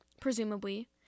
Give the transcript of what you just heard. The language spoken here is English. presumably